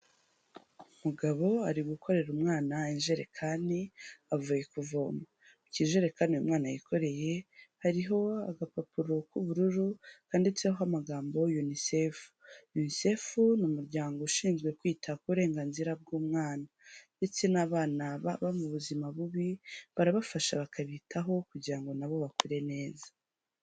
Umugabo ari gukorera umwana ijerekani avuye kuvoma, ikijerekani uyu mwana yikoreye hariho agapapuro k'ubururu kanditseho amagambo UNICEF. UNICEF ni umuryango ushinzwe kwita ku burenganzira bw'umwana ndetse n'abana baba mu buzima bubi, barabafasha bakabitaho kugira ngo na bo bakure neza.